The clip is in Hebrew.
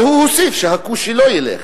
אבל הוא הוסיף, שהכושי לא ילך.